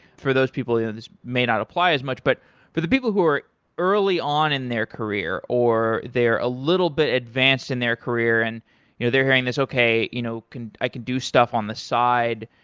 for those people, you know this may not apply as much. but for the people who are early on in their career or they are a little bit advanced in their career and you know they're hearing this, okay, you know i can do stuff on the side.